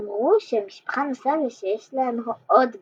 אמרו שהמשפחה נסעה ושיש להם עוד בית,